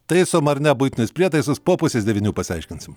taisom ar ne buitinius prietaisus po pusės devynių pasiaiškinsim